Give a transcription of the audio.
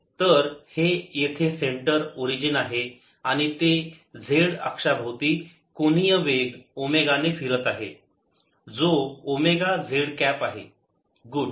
तर हे येथे सेंटर ओरिजिन आहे आणि ते z अक्षाभोवती कोनीय वेग ओमेगा ने फिरत आहे जो ओमेगा z कॅप आहे गुड